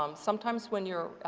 um sometimes when you're,